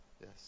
yes